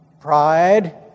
Pride